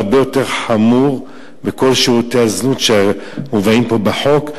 זה הרבה יותר חמור מכל שירותי הזנות שמובאים פה בחוק,